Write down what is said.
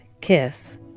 kiss